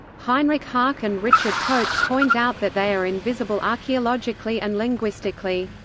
heinrich harke and richard coates point out that they are invisible archaeologically and linguistically.